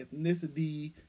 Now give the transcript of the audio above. ethnicity